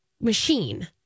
machine